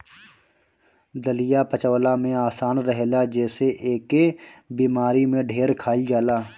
दलिया पचवला में आसान रहेला जेसे एके बेमारी में ढेर खाइल जाला